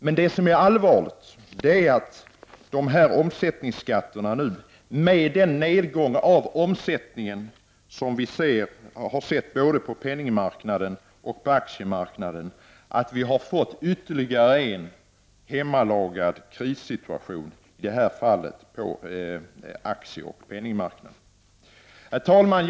Men det som är allvarligt är att vi nu, med den nedgång av omsättningen som vi har sett både på penningmarknaden och på aktiemarknaden, har fått ytterligare en hemlagad krissituation, i det här fallet på aktieoch penningmarknaden. Herr talman!